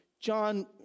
John